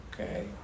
okay